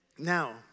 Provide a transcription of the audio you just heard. Now